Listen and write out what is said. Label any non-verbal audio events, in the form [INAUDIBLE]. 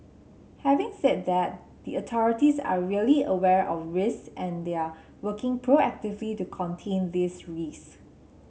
having said that the authorities are really aware of risks and they are working proactively to [UNINTELLIGIBLE] these risk